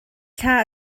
thla